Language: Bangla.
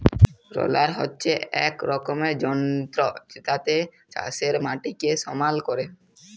রলার হচ্যে এক রকমের যন্ত্র জেতাতে চাষের মাটিকে সমাল ক্যরে